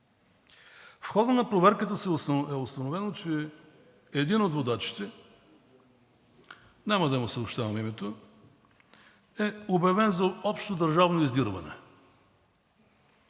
В хода на проверката е установено, че един от водачите, няма да му съобщавам името, е обявен за общодържавно издирване,